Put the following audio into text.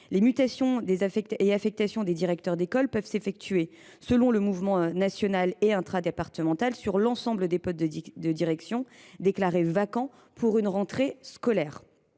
Les mutations et affectations des directeurs d’école peuvent s’effectuer, selon le mouvement national et intradépartemental, sur l’ensemble des postes de direction déclarés vacants pour une rentrée scolaire,